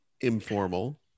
informal